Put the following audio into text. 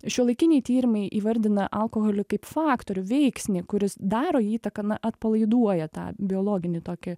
šiuolaikiniai tyrimai įvardina alkoholį kaip faktorių veiksnį kuris daro įtaką na atpalaiduoja tą biologinį tokį